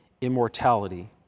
immortality